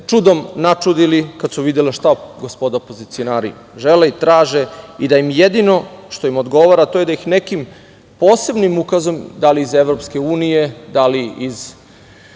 čudom načudili kad su videli šta gospoda opozicionari žele i traže i jedino što im odgovara to je da ih nekim posebnim ukazom, da li iz EU, da li iz